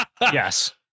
Yes